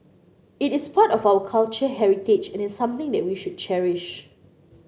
it is part of our culture heritage and is something that we should cherish